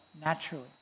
naturally